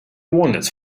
wandered